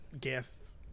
guests